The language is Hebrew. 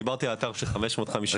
דיברתי על האתר של 550 אלף טון.